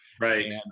Right